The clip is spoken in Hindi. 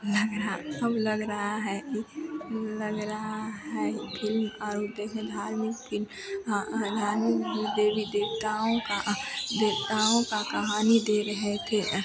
लग रहा अब लग रहा है कि लग रहा है फिलिम और हाल में फिलिम नहीं देवी देवताओं का देवताओं का कहानी दे रहे थे